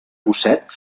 mosset